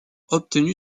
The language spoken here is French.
obtenu